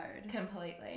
completely